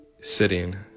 sitting